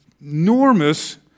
enormous